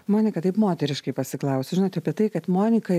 monika taip moteriškai pasiklausiu žinote apie tai kad monika